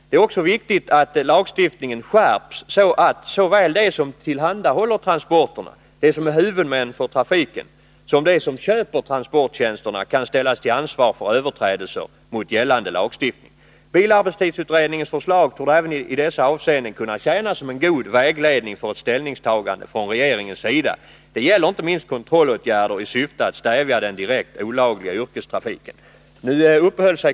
Det är också viktigt att lagstiftningen skärps så att såväl de som tillhandahåller transporterna, de som är huvudmän för trafiken, som de som köper transporttjänsterna kan ställas till ansvar för överträdelser mot gällande lagstiftning. Bilarbetstidsutredningens förslag torde även i dessa avseenden kunna tjäna som en god vägledning för ett ställningstagande från regeringens sida. Detta gäller inte minst kontrollåtgärder i syfte att stävja den direkt olagliga yrkestrafiken.